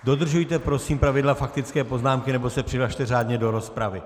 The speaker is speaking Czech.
Dodržujte prosím pravidla faktické poznámky, nebo se přihlaste řádně do rozpravy.